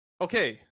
okay